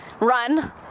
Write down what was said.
run